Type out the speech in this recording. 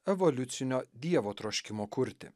evoliucinio dievo troškimo kurti